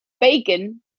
bacon